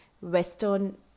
Western